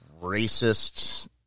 racists